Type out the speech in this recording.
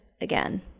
again